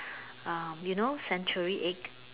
um you know century egg